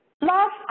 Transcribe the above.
last